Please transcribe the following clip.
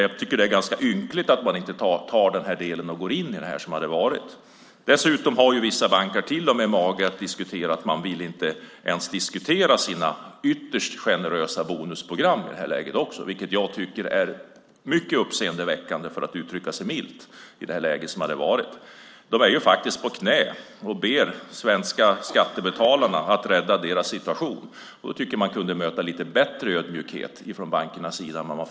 Jag tycker att det är ganska ynkligt att man inte gör det. Dessutom har vissa banker till och med mage att säga att de inte ens vill diskutera sina ytterst generösa bonusprogram, vilket jag tycker är mycket uppseendeväckande, för att uttrycka sig milt. De är faktiskt på knäna och ber svenska skattebetalarna att rädda deras situation. Man borde kunna möta lite mer ödmjukhet från bankernas sida.